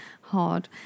hard